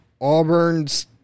Auburn's